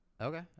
Okay